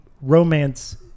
romance